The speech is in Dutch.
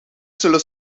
zullen